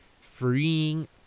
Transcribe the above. freeing